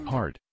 Hard